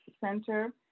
center